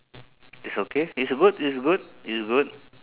it's okay it's good it's good it's good